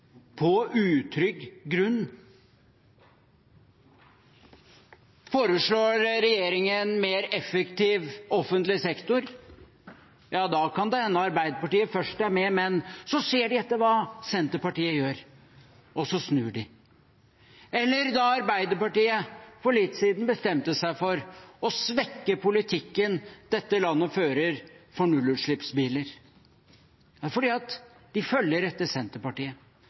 på utrygg grunn. Foreslår regjeringen en mer effektiv offentlig sektor, ja, da kan det hende at Arbeiderpartiet først er med, men så ser de etter hva Senterpartiet gjør, og så snur de. Da Arbeiderpartiet for litt siden bestemte seg for å svekke politikken som dette landet fører for nullutslippsbiler, var det fordi de følger etter Senterpartiet.